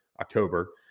October